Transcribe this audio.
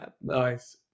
nice